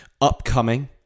Upcoming